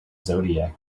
zodiac